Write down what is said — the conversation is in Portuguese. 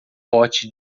pote